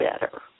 better